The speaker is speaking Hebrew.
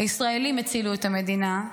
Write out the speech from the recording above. הישראלים הצילו את המדינה,